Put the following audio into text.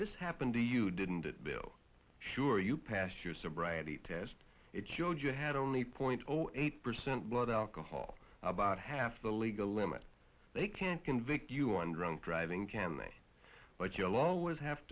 this happened to you didn't it bill sure you pass your sobriety test it showed you had only point zero eight percent blood alcohol about half the legal limit they can't convict you on drunk driving can but you always have